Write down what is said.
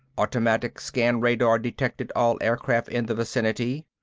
automatic scan radar detected all aircraft in the vicinity.